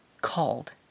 called